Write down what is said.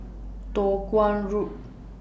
Toh Guan Road